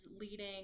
leading